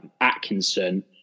Atkinson